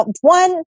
one